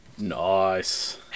Nice